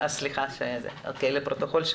לפרוטוקול,